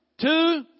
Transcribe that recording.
two